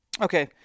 Okay